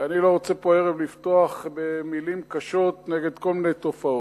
ואני לא רוצה פה הערב לפתוח במלים קשות נגד כל מיני תופעות.